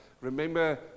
Remember